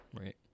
Right